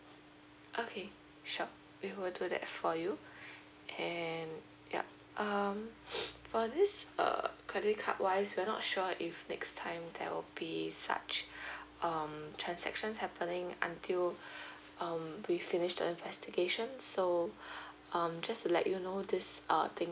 okay sure we will do that for you and yup um for this uh credit card wise we are not sure if next time there will be such um transaction happening until um we finished the investigation so um just to let you know this err thing